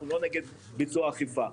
אנחנו לא נגד ביצוע אכיפה.